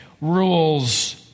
rules